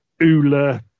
Ula